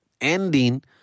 Ending